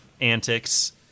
antics